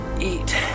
Eat